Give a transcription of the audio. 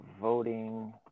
voting